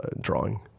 drawing